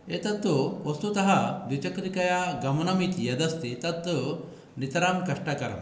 एतत्तु वस्तुतः द्विचक्रिकया गमनम् इति यदस्ति तत्तु नितरां कष्टकरं